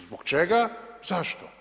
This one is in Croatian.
Zbog čega, zašto?